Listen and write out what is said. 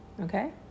Okay